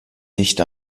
nicht